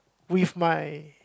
with my